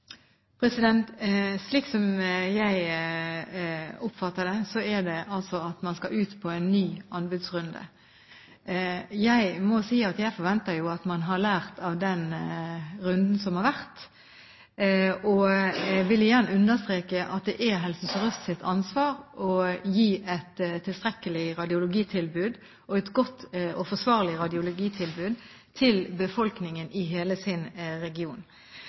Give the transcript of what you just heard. banen? Slik jeg oppfatter det, skal man ut på en ny anbudsrunde. Jeg må si at jeg forventer jo at man har lært av den runden som har vært, og jeg vil igjen understreke at det er Helse Sør-Østs ansvar å gi et tilstrekkelig, godt og forsvarlig radiologitilbud til befolkningen i hele